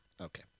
Okay